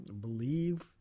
Believe